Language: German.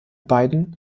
beiden